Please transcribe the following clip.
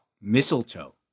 Mistletoe